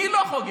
מי לא חוגג?